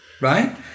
right